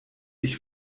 ich